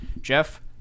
Jeff